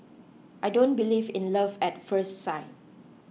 I don't believe in love at first sight